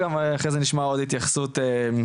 וגם אחרי זה נשמע עוד התייחסות מטעם